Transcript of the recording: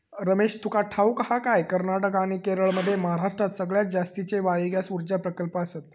रमेश, तुका ठाऊक हा काय, कर्नाटक आणि केरळमध्ये महाराष्ट्रात सगळ्यात जास्तीचे बायोगॅस ऊर्जा प्रकल्प आसत